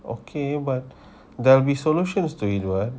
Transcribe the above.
okay but there will be solutions to it what